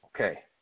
Okay